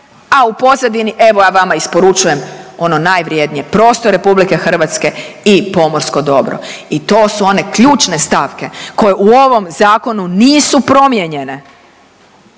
a u pozadini evo ja vama isporučujem ono najvrijednije prostor RH i pomorsko dobro. I to su one ključne stavke koje u ovom zakonu nisu promijenjene